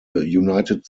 united